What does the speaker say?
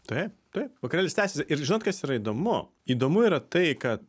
taip taip vakarėlis tęsiasi ir žinot kas yra įdomu įdomu yra tai kad